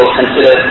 consider